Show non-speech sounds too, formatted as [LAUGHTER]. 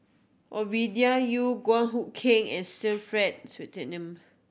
Ovidia Yu [UNINTELLIGIBLE] Hood Keng and Sir Frank [UNINTELLIGIBLE]